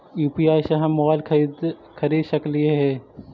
UPI से हम mobile खरिद सकलिऐ है